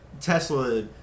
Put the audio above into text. Tesla